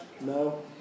No